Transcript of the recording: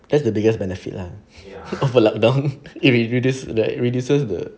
that the biggest benefit lah of the lockdown it reduces like reduces the